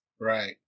Right